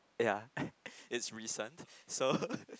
ya it's recent so